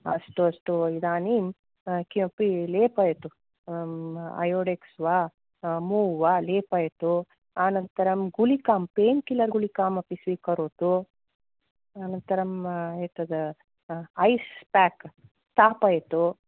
अस्तु अस्तु इदानीं किमपि लेपयतु आयोडेक्स् वा मूव् वा लेपयतु अनन्तरं गुलिकां पेन्किलर् गुलिकामपि स्वीकरोतु अनन्तरं एतत् ऐस् पैक् स्थापयतु